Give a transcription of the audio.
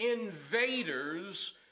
invaders